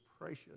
precious